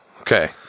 okay